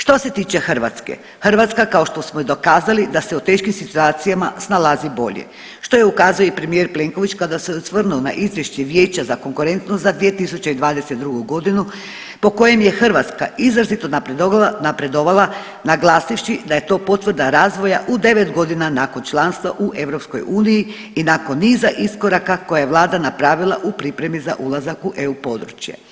Što se tiče Hrvatske, Hrvatska kao što smo i dokazali da se u teškim situacijama snalazi bolje, što je ukazao i premijer Plenković kada se osvrnuo na Izvješće Vijeća za konkurentnost za 2022. godinu po kojem je Hrvatska izrazito napredovala, napredovala naglasivši da je to potvrda razvoja u 9 godina nakon članstva u EU i nakon niza iskoraka koje je vlada napravila u pripremi za ulazak u EU područje.